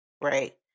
right